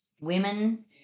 Women